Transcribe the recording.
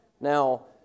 Now